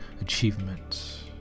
achievements